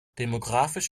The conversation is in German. demografisch